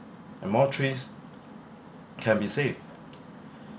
and more trees can be save